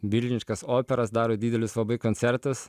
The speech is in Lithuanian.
milžiniškas operas daro didelius labai koncertus